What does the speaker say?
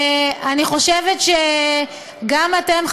אני חושבת שגם אתם,